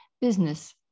business